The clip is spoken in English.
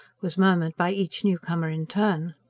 was murmured by each new-comer in turn.